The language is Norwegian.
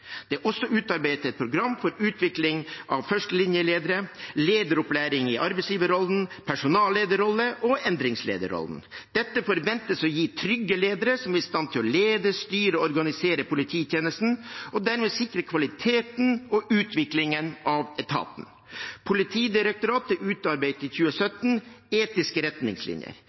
Det er også utarbeidet et program for utvikling av førstelinjeledere og lederopplæring i arbeidsgiverrollen, personallederrollen og endringslederrollen. Dette forventes å gi trygge ledere som er i stand til å lede, styre og organisere polititjenesten og dermed sikre kvaliteten og utviklingen av etaten. Politidirektoratet utarbeidet i 2017 etiske retningslinjer.